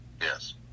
Yes